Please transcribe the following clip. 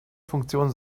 funktion